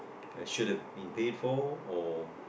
like should have been paid for or